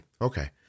Okay